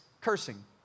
cursing